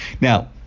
now